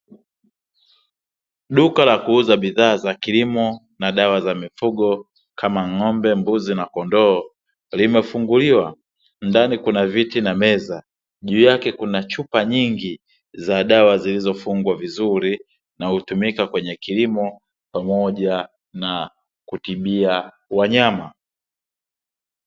Duka la kuuza bidhaa za kilimo na dawa za mifugo, kama ng'ombe, mbuzi, na kondoo, limefunguliwa; ndani kuna viti na meza, juu yake kuna chupa nyingi za dawa zilizofungwa vizuri, na hutumika kwenye kilimo pamoja na kutibia wanyama.